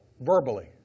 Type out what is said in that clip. Verbally